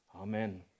Amen